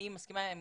אני מסכימה עם